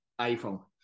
iPhone